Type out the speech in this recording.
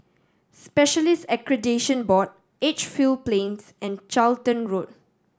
Specialists Accreditation Board Edgefield Plains and Charlton Road